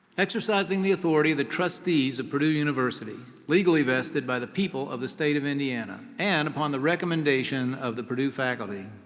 exercising the authority of the trustees of purdue university legally vested by the people of the state of indiana and upon the recommendation of the purdue faculty,